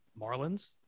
Marlins